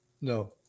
No